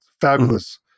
fabulous